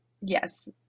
yes